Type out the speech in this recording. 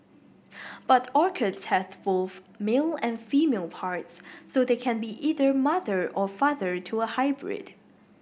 but orchids have both male and female parts so they can be either mother or father to a hybrid